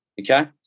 Okay